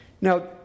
Now